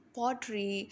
pottery